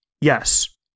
Yes